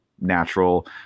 natural